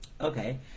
Okay